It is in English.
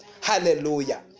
Hallelujah